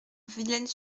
villennes